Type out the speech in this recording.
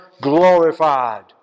glorified